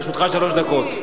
לרשותך שלוש דקות.